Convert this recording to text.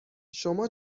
شما